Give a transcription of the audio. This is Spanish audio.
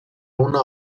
una